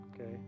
Okay